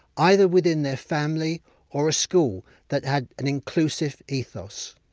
either within their family or a school that had an inclusive ethos.